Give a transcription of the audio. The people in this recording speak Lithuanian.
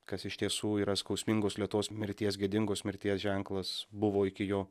kas iš tiesų yra skausmingos lėtos mirties gėdingos mirties ženklas buvo iki jo